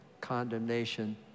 condemnation